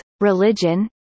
religion